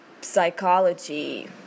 psychology